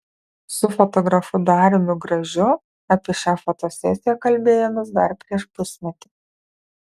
su fotografu dariumi gražiu apie šią fotosesiją kalbėjomės dar prieš pusmetį